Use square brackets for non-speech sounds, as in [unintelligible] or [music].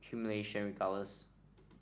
humiliation [unintelligible]